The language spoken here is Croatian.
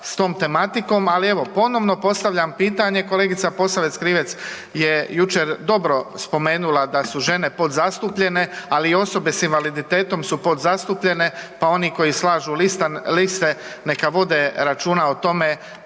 s tom tematikom. Ali evo, ponovno postavljam pitanje kolegica Posavec Krivec je jučer dobro spomenula da su žene podzastupljene, ali i osobe s invaliditetom su podzastupljene, pa oni koji slažu liste neka vode računa o tome